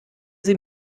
sie